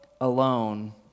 alone